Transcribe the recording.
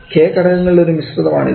k ഘടകങ്ങളുടെ ഒരു മിശ്രിതമാണ് ഇത്